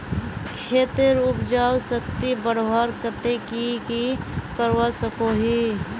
खेतेर उपजाऊ शक्ति बढ़वार केते की की करवा सकोहो ही?